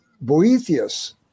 Boethius